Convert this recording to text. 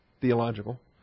theological